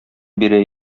бирә